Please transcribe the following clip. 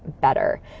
better